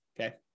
Okay